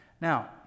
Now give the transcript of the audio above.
now